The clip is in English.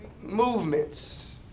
movements